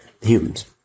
Humans